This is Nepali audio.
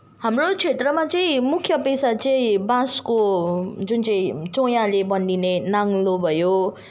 हाम्रो क्षेत्रमा चाहिँ मुख्य पेसा चाहिँ बाँसको जुन चाहिँ चोयाले बनिने नाङ्लो भयो